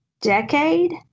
decade